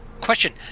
Question